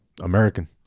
American